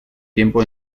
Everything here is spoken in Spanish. tiempo